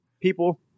people